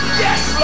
yes